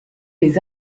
les